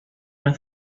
una